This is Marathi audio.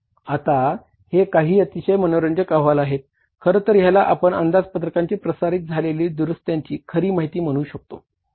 आता हे काही अतिशय मनोरंजक अहवाल आहेत खरतर ह्याला आपण अंदाजपत्रकांची प्रसारित झालेली दुरुस्त्यांची खरी माहिती म्हणू शकतो